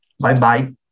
Bye-bye